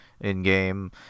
in-game